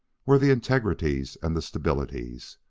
were the integrities and the stabilities.